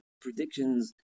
predictions